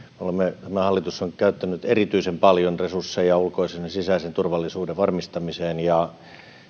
tämä hallitus on käyttänyt erityisen paljon resursseja ulkoisen ja sisäisen turvallisuuden varmistamiseen ja